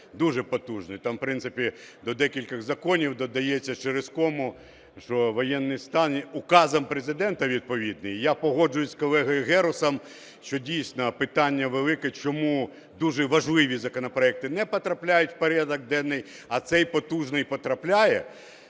дуже потужний, там, в принципі, до декількох законів додається через кому, що воєнний стан указом Президента відповідний. Я погоджуюся з колегою Герусом, що дійсно питання велике, чому дуже важливі законопроекти не потрапляють в порядок денний, а цей потужний потрапляє.